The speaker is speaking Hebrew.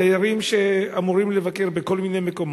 תיירים שאמורים לבקר בכל מיני מקומות,